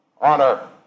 Honor